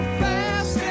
fast